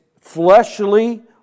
fleshly